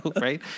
Right